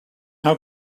how